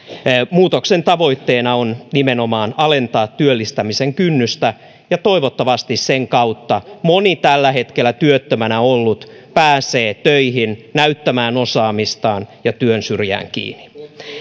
muutoksen tavoitteena on nimenomaan alentaa työllistämisen kynnystä ja toivottavasti sen kautta moni tällä hetkellä työttömänä ollut pääsee töihin näyttämään osaamistaan ja työn syrjään kiinni